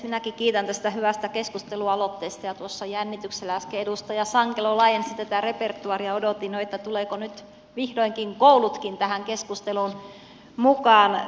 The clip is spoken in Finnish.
minäkin kiitän tästä hyvästä keskustelualoitteesta ja jännityksellä kun äsken edustaja sankelo laajensi tätä repertuaaria odotin jo tulevatko nyt vihdoinkin koulutkin tähän keskusteluun mukaan